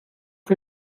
chi